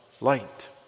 light